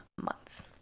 months